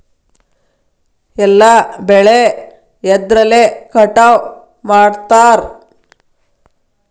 ಎಲ್ಲ ಬೆಳೆ ಎದ್ರಲೆ ಕಟಾವು ಮಾಡ್ತಾರ್?